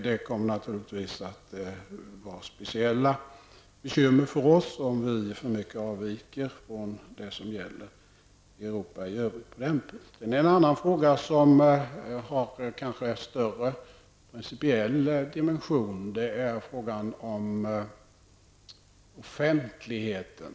Det skulle naturligtvis uppstå speciella bekymmer för oss, om vi alltför mycket avviker från det som gäller i de övriga europeiska länderna. En annan fråga som kanske har en större principiell dimension är frågan om offentligheten.